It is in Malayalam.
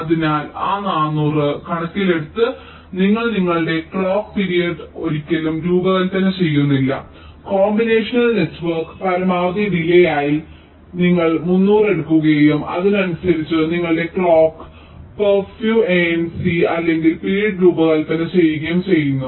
അതിനാൽ ആ 400 കണക്കിലെടുത്ത് നിങ്ങൾ നിങ്ങളുടെ ക്ലോക്ക് പിരീഡ് ഒരിക്കലും രൂപകൽപ്പന ചെയ്യുന്നില്ല കോമ്പിനേഷണൽ നെറ്റ്വർക്കിന്റെ പരമാവധി ഡിലേയ് ആയി നിങ്ങൾ 300 എടുക്കുകയും അതിനനുസരിച്ച് നിങ്ങളുടെ ക്ലോക്ക് ഫ്രേക്യുഎൻസി അല്ലെങ്കിൽ പീരീഡ് രൂപകൽപ്പന ചെയ്യുകയും ചെയ്യുന്നു